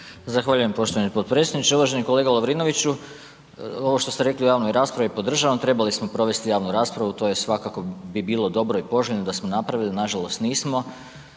Zahvaljujem poštovani potpredsjedniče. Uvaženi kolega Lovrinoviću, ovo što ste rekli u javnoj raspravi podržavam, trebali smo provesti javnu raspravu, to bi svakako bilo dobro i poželjno da smo napravili, nažalost nismo.